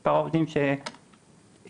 למספר העובדים זה שתמיד